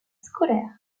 scolaire